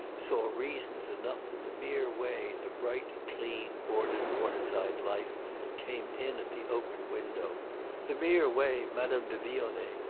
saw reasons enough in the mere way the bright clean ordered water-side life came in at the open window the mere way madame de vionnet,